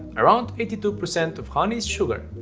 arround eighty two percent of honey is sugar,